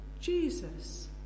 Jesus